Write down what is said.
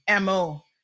MO